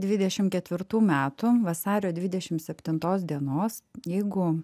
dvidešim ketvirtų metų vasario dvidešim septintos dienos jeigu